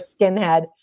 skinhead